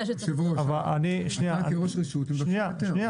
היושב-ראש, הייתי ראש רשות --- היתר.